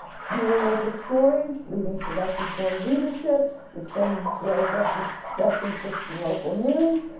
fewer local stories leading to less informed readership which then grows less and less interest in local news